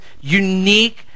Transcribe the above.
unique